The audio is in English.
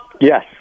Yes